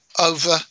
over